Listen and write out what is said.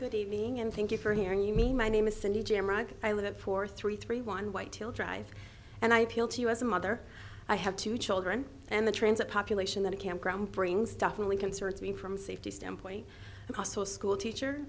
good evening and thank you for hearing you mean my name is cindy jamrock i live it four three three one white ill drive and i appeal to you as a mother i have two children and the transit population that a campground brings definitely concerts mean from safety standpoint the cost of a school teacher